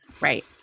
Right